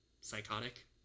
psychotic